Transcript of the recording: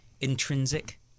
Intrinsic